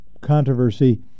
controversy